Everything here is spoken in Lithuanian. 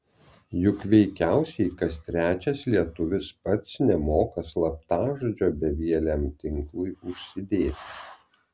juk veikiausiai kas trečias lietuvis pats nemoka slaptažodžio bevieliam tinklui užsidėti